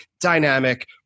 dynamic